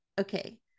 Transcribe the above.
okay